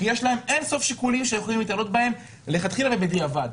ויש להם אין-סוף שיקולים שהם יכולים להיתלות בהם מלכתחילה ובדיעבד.